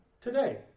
today